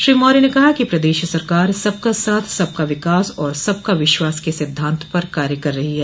श्री मौर्य ने कहा कि प्रदेश सरकार सबका साथ सबका विकास व सबका विश्वास के सिद्धांत पर कार्य कर रही है